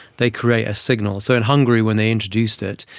they create a signal. so in hungary when they introduced it,